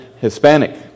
Hispanic